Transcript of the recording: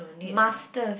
master